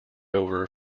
over